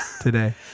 today